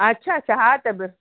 अच्छा अच्छा हा त बसि